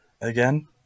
again